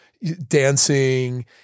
Dancing